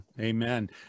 amen